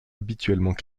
habituellement